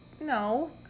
no